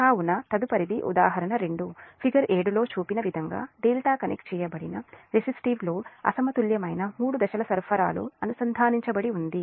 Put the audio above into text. కాబట్టి తదుపరిది ఉదాహరణ 2 ఫిగర్ 7 లో చూపిన విధంగా ∆ కనెక్ట్ చేయబడిన రెసిస్టివ్ లోడ్ అసమతుల్యమైన మూడు దశల సరఫరాలో అనుసంధానించబడి ఉంది